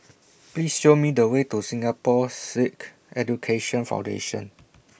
Please Show Me The Way to Singapore Sikh Education Foundation